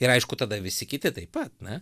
ir aišku tada visi kiti taip pat na